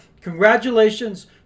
congratulations